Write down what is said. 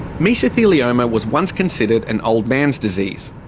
mesothelioma was once considered an old-man's disease,